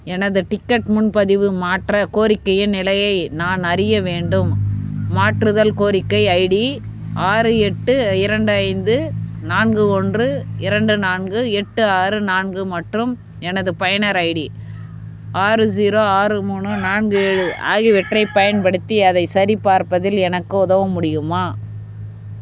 எனது டிக்கெட் முன்பதிவு மாற்ற கோரிக்கையின் நிலையை நான் அறிய வேண்டும் மாற்றுதல் கோரிக்கை ஐடி ஆறு எட்டு இரண்டு ஐந்து நான்கு ஒன்று இரண்டு நான்கு எட்டு ஆறு நான்கு மற்றும் எனது பயனர் ஐடி ஆறு ஜீரோ ஆறு மூணு நான்கு ஏழு ஆகியவற்றைப் பயன்படுத்தி அதைச் சரிபார்ப்பதில் எனக்கு உதவ முடியுமா